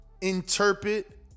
interpret